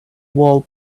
wall